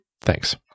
Thanks